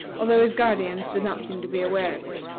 although his guardians did not seem to be aware of it.